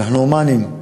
ואנחנו הומניים.